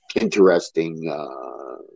interesting